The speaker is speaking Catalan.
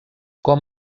com